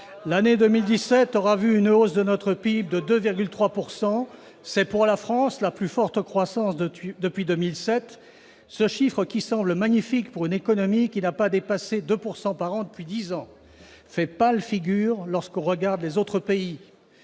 L'année 2017 aura vu une hausse de notre PIB de 2,3 %. C'est, pour la France, la plus forte croissance depuis 2007. Toutefois, ce taux, qui semble magnifique pour une économie qui n'a pas dépassé 2 % par an depuis dix ans, fait pâle figure au regard de la situation dans